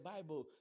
Bible